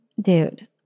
dude